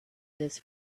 this